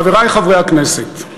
חברי חברי הכנסת,